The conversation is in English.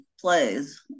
plays